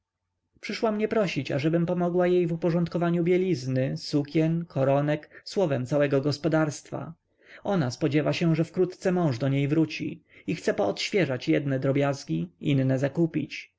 przyszła mnie prosić ażebym pomogła jej w uporządkowaniu bielizny sukien koronek słowem całego gospodarstwa ona spodziewa się że wkrótce mąż do niej wróci i chce poodświeżać jedne drobiazgi inne zakupić